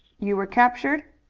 you were captured?